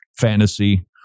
fantasy